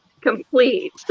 complete